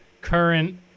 current